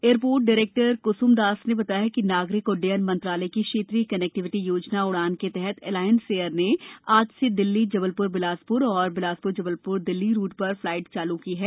airport director क्स्म दास ने बताया कि नागरिक उड्डयन मंत्रालय की क्षेत्रीय कनेक्टिविटी योजना उड़ान के तहत एलायंस एयर ने आज से दिल्ली जबलप्र बिलासप्र और बिलासप्र जबलप्र दिल्ली रूट पर फ्लाइट चालू की है